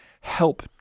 help